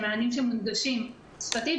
שהם מענים שמונגשים שפתית.